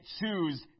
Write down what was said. choose